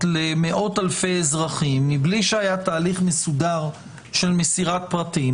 למאות אלפי אזרחים בלי שהיה תהליך מסודר של מסירת פרטים.